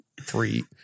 three